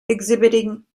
exhibiting